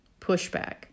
pushback